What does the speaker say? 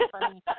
funny